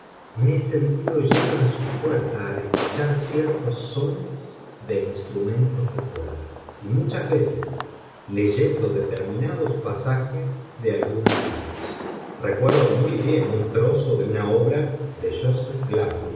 me he sentido lleno de su fuerza al escuchar ciertos sones de instrumentos de cuerda y muchas veces leyendo determinados pasajes de algunos libros recuerdo muy bien un trozo de una obra de jóseph